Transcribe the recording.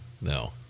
no